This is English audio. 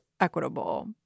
equitable